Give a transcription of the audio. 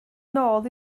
nôl